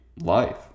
life